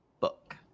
book